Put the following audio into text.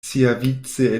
siavice